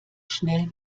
schnell